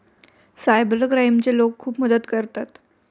cyber क्राईमचे लोक खूप मदत करतात